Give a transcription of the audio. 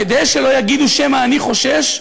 כדי שלא יגידו שמא אני חושש,